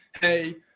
hey